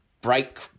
break